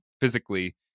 physically